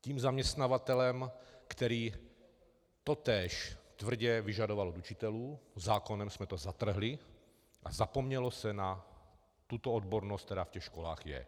Tím zaměstnavatelem, který totéž tvrdě vyžadoval od učitelů, zákonem jsme to zatrhli a zapomnělo se na tuto odbornost, která v těch školách je.